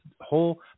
whole